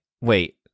wait